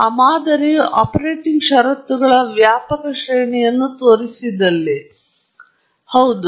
ಆ ಮಾದರಿಯು ಆಪರೇಟಿಂಗ್ ಷರತ್ತುಗಳ ವ್ಯಾಪಕ ಶ್ರೇಣಿಯನ್ನು ತೋರಿಸಿದಲ್ಲಿ ಹೌದು